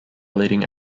leading